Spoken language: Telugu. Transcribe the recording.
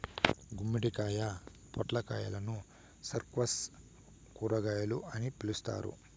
గుమ్మడికాయ, పొట్లకాయలను స్క్వాష్ కూరగాయలు అని పిలుత్తారు